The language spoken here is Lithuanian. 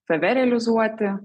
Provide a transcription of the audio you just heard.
save realizuoti